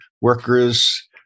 workers